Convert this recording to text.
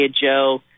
Joe